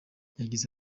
yagize